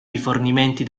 rifornimenti